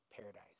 paradise